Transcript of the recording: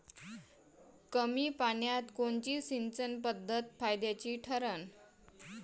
कमी पान्यात कोनची सिंचन पद्धत फायद्याची ठरन?